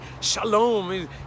Shalom